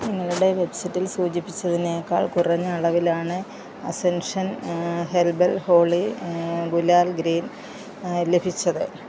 നിങ്ങളുടെ വെബ്സൈറ്റിൽ സൂചിപ്പിച്ചതിനേക്കാൾ കുറഞ്ഞ അളവിലാണ് Ascension herbal Holi gulal green ലഭിച്ചത്